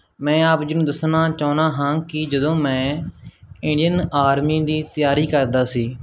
ਮੈ ਆਪ ਜੀ ਨੂੰ ਦੱਸਣਾ ਚਾਹੁੰਦਾ ਹਾਂ ਕਿ ਜਦੋਂ ਮੈਂ ਇੰਡੀਅਨ ਆਰਮੀ ਦੀ ਤਿਆਰੀ ਕਰਦਾ ਸੀ